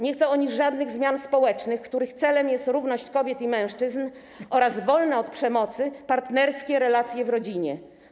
Nie chcą oni żadnych zmian społecznych, których celem jest równość kobiet i mężczyzn oraz wolne od przemocy partnerskie relacje w rodzinie.